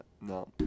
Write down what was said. no